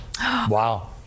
Wow